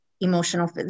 emotional